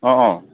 অঁ অঁ